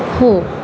हो